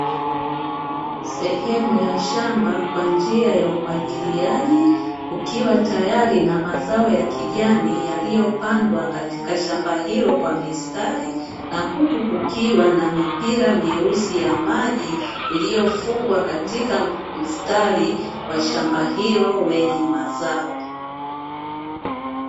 Sehemu ya shamba kwa njia ya umwagiliaji kukiwa tayari na mazao ya kijani yaliyopandwa katika shamba hilo kwa mistari na huku kukiwa na mipira myeusi ya maji iliyofungwa katika mstari wa shamba hilo lenye mazao.